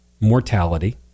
mortality